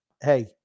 hey